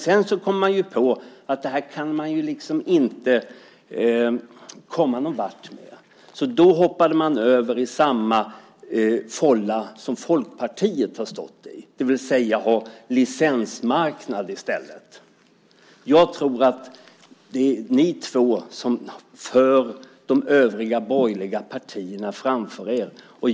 Sedan kom man på att man inte kan komma någonvart med det, och då hoppade man över till samma fålla som Folkpartiet har gjort, det vill säga att ha licensmarknad i stället. Jag tror att det är ni två som för de övriga borgerliga partierna framför er.